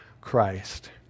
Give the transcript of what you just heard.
christ